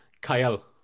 Kyle